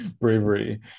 bravery